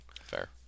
Fair